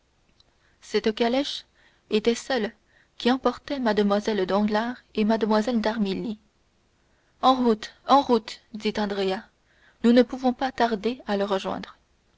cette calèche était celle qui emportait mlle danglars et mlle d'armilly en route en route dit andrea nous ne pouvons pas tarder à le rejoindre